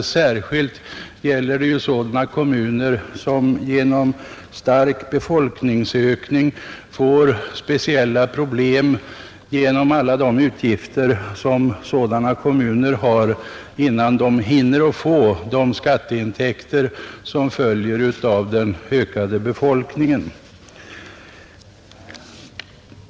Särskilt gäller detta för sådana kommuner som genom stark befolkningsökning får speciella problem genom alla de utgifter som sådana kommuner har innan de hinner få de skatteintäkter som följer av den ökade befolkningen.